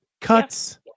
cuts